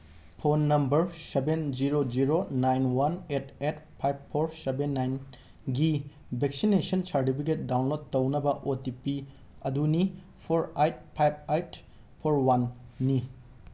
phone number seven zero zero nine one eight eight five four seven ꯅꯥꯏꯟꯒꯤ vaccination certificate download ꯇꯧꯅꯕ O T P ꯑꯗꯨꯅꯤ four eight five eight four ꯋꯥꯟꯅꯤ